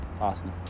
awesome